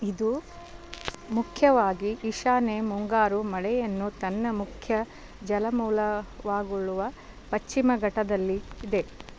ಇದು ಮುಖ್ಯವಾಗಿ ಈಶಾನ ಮುಂಗಾರು ಮಳೆಯನ್ನು ತನ್ನ ಮುಖ್ಯ ಜಲಮೂಲವಾಗುಳ್ಳವ ಪಶ್ಚಿಮಘಟ್ಟದಲ್ಲಿ ಇದೆ